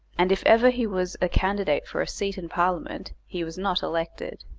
and if ever he was a candidate for a seat in parliament he was not elected.